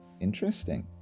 Interesting